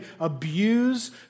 abuse